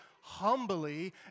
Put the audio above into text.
humbly